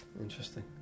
Interesting